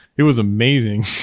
it was amazing.